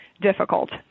difficult